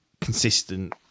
consistent